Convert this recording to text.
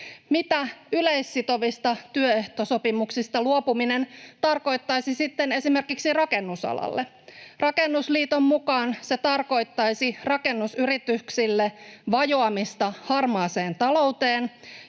Mitä yleissitovista työehtosopimuksista luopuminen tarkoittaisi sitten esimerkiksi rakennusalalle? Rakennusliiton mukaan se tarkoittaisi rakennusyrityksille vajoamista harmaaseen talouteen